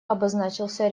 обозначился